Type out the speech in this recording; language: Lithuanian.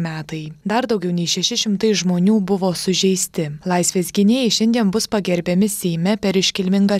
metai dar daugiau nei šeši šimtai žmonių buvo sužeisti laisvės gynėjai šiandien bus pagerbiami seime per iškilmingą